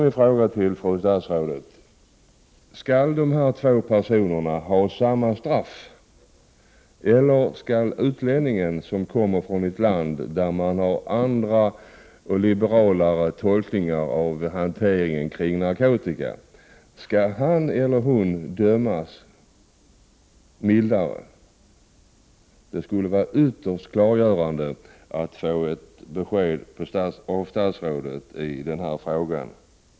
Min fråga till fru statsrådet är: Skall dessa två personer ha samma straff, eller skall utlänningen som kommer från ett land där man har andra och liberalare tolkningar av hanteringen kring narkotika dömas mildare? Det skulle vara ytterst klargörande att få ett besked av statsrådet i denna fråga.